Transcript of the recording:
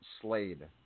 Slade